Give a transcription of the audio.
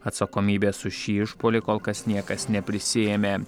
atsakomybės už šį išpuolį kol kas niekas neprisiėmė